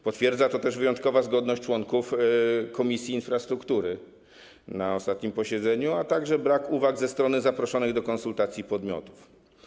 Potwierdza to też wyjątkowa zgodność członków Komisji Infrastruktury na ostatnim posiedzeniu, a także brak uwag ze strony zaproszonych do konsultacji podmiotów.